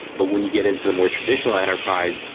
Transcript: but when you get into the more traditional enterprise,